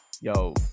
Yo